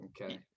Okay